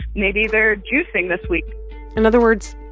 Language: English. maybe they're juicing this week in other words,